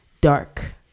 dark